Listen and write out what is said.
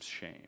shame